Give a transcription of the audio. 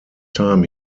time